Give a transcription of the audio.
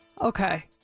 Okay